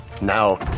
now